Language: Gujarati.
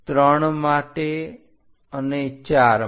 3 માટે અને 4 માટે